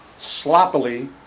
sloppily